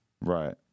Right